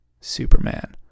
Superman